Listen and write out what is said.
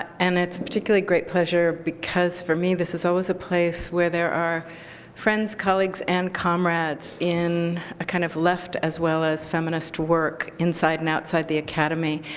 and it's a particularly great pleasure because, for me, this is always a place where there are friends, colleagues, and comrades in a kind of left as well as feminist work inside and outside the academy,